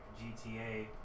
GTA